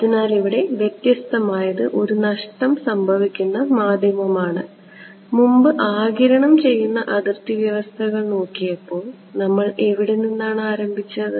അതിനാൽ ഇവിടെ വ്യത്യസ്തമായത് ഒരു നഷ്ടം സംഭവിക്കുന്ന മാധ്യമമാണ് മുമ്പ് ആഗിരണം ചെയ്യുന്ന അതിർത്തി വ്യവസ്ഥകൾ നോക്കിയപ്പോൾ നമ്മൾ എവിടെ നിന്നാണ് ആരംഭിച്ചത്